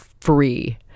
free